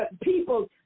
people